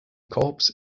corps